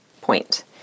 point